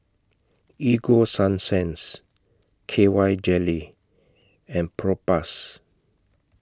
Ego Sunsense K Y Jelly and Propass